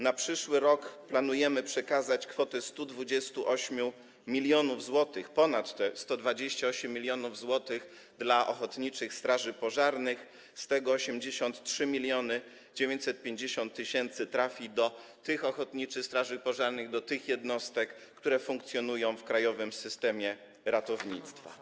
Na przyszły rok planujemy przekazać kwotę 128 mln zł, ponad 128 mln zł dla ochotniczych straży pożarnych, z tego 83 950 tys. trafi do tych ochotniczych straży pożarnych, do tych jednostek, które funkcjonują w krajowym systemie ratownictwa.